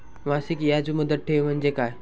मासिक याज मुदत ठेव म्हणजे काय?